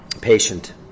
patient